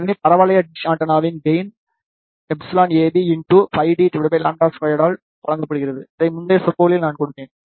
எனவே பரவளைய டிஷ் ஆண்டெனாவின் கெயின் εap Πdλ2ஆல் வழங்கப்படுகிறது இதை முந்தைய சொற்பொழிவுகளில் நான் கொடுத்தேன்